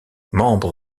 membre